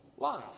Life